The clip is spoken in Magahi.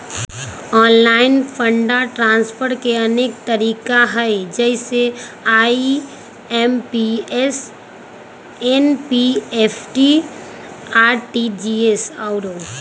ऑनलाइन फंड ट्रांसफर के अनेक तरिका हइ जइसे आइ.एम.पी.एस, एन.ई.एफ.टी, आर.टी.जी.एस आउरो